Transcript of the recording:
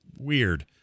weird